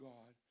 God